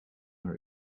her